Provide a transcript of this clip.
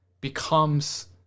becomes